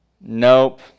Nope